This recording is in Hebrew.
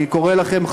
אני קורא לכם,